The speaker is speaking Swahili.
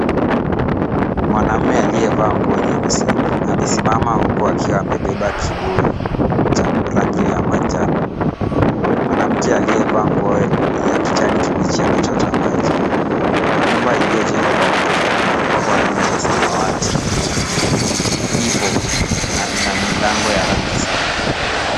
Mwanamume aliyevaa nguo nyeusi amesimama huku akiwa amebeba kibuyu cha rangi ya manjano. Mwanamke aliyevaa nguo ya kijani kibichi anachota maji. Nyumba iliyojengwa kwa matofali na kupakwa rangi ya samawati ipo na ina milango ya rangi sawa.